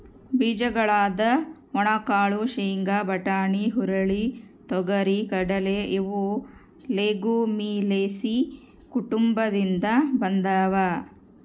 ಬೀಜಗಳಾದ ಒಣಕಾಳು ಶೇಂಗಾ, ಬಟಾಣಿ, ಹುರುಳಿ, ತೊಗರಿ,, ಕಡಲೆ ಇವು ಲೆಗುಮಿಲೇಸಿ ಕುಟುಂಬದಿಂದ ಬಂದಾವ